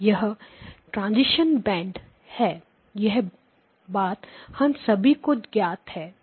यह transition band है यह बात हम सभी को ज्ञात है